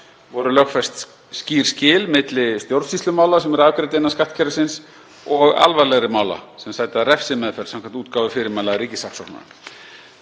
voru lögfest skýr skil milli stjórnsýslumála sem eru afgreidd innan skattkerfisins og alvarlegri mála sem sæta refsimeðferð samkvæmt útgáfu fyrirmæla ríkissaksóknara.